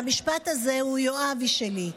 והמשפט הזה הוא של יואבי שלי,